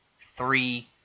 three